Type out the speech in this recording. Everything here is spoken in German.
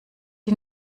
die